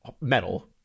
metal